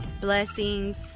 blessings